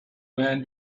man